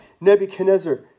Nebuchadnezzar